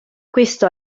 questo